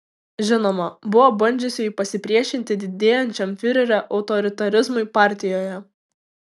žinoma buvo bandžiusiųjų pasipriešinti didėjančiam fiurerio autoritarizmui partijoje